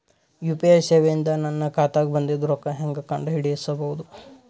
UPI ಸೇವೆ ಇಂದ ನನ್ನ ಖಾತಾಗ ಬಂದಿದ್ದ ರೊಕ್ಕ ಹೆಂಗ್ ಕಂಡ ಹಿಡಿಸಬಹುದು?